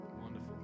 Wonderful